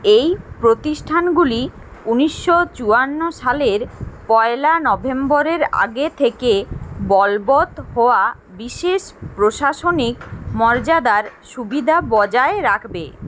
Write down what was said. এই প্রতিষ্ঠানগুলি উনিশশো চুয়ান্ন সালের পয়লা নভেম্বরের আগে থেকে বলবৎ হওয়া বিশেষ প্রশাসনিক মর্যাদার সুবিদা বজায় রাখবে